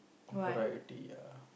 of variety ah